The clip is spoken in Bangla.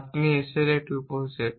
আপনি S এর একটি উপসেট